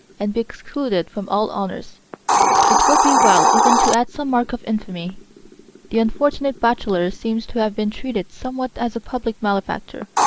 and be excluded from all honours it would be well even to add some mark of infamy the unfortunate bachelor seems to have been treated somewhat as a public malefactor.